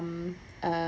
um a